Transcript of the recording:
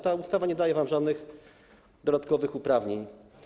Ta ustawa nie daje wam żadnych dodatkowych uprawnień.